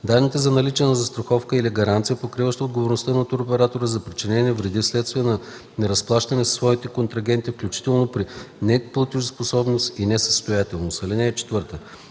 данни за наличие на застраховка или гаранция, покриваща отговорността на туроператора за причинени вреди вследствие на неразплащане със своите контрагенти, включително при неплатежоспособност и несъстоятелност.